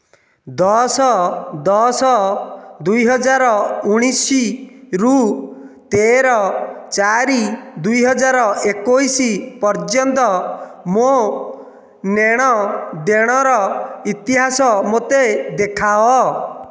ଦଶ ଦଶ ଦୁଇ ହଜାର ଉଣେଇଶରୁ ତେର ଚାରି ଦୁଇ ହଜାର ଏକୋଇଶ ପର୍ଯ୍ୟନ୍ତ ମୋ ନେଣଦେଣର ଇତିହାସ ମୋତେ ଦେଖାଅ